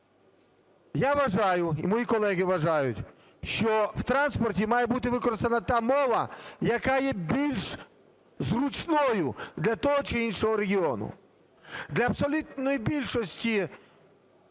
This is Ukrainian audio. Я вважаю і мої колеги вважають, що в транспорті має бути використана та мова, яка є більш зручною для того чи іншого регіону. Для абсолютної більшості